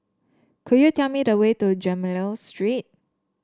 could you tell me the way to Gemmill Lane Street